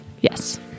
Yes